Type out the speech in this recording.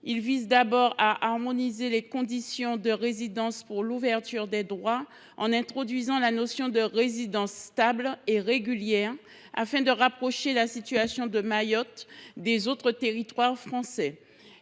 Il s’agit d’abord d’harmoniser les conditions de résidence pour l’ouverture des droits en introduisant la notion de résidence stable et régulière, afin de rapprocher la situation de Mayotte des autres territoires français.